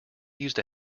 used